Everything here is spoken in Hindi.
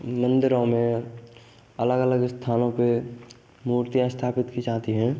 मंदिरों में अलग अलग स्थानों पर मूर्तियाँ स्थापित की जाती हैं